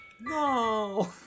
No